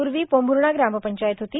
पूर्वी पोंभूर्णा ग्रामपंचायत होती